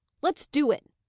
let's do it.